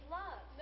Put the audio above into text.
love